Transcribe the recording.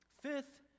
Fifth